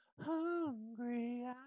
Hungry